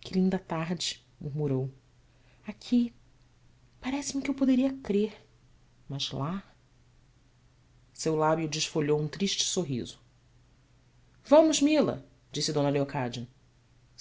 que linda tarde murmurou aqui parece-me que eu poderia crer mas lá seu lábio desfolhou um triste sorriso vamos mila disse eocádia